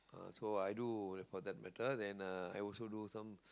uh so i do for that matter then uh I also do some